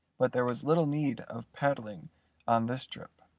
but there was little need of paddling on this trip.